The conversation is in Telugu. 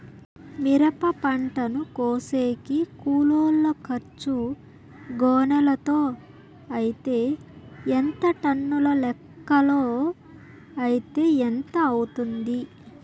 మిరప పంటను కోసేకి కూలోల్ల ఖర్చు గోనెలతో అయితే ఎంత టన్నుల లెక్కలో అయితే ఎంత అవుతుంది?